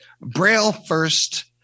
Braille-first